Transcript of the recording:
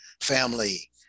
family